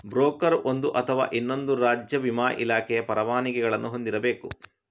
broker ಒಂದು ಅಥವಾ ಇನ್ನೊಂದು ರಾಜ್ಯ ವಿಮಾ ಇಲಾಖೆಯ ಪರವಾನಗಿಗಳನ್ನು ಹೊಂದಿರಬೇಕು